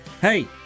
hey